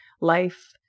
life